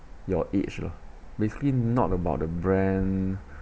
your age lah basically not about the brand